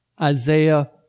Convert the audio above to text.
Isaiah